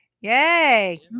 Yay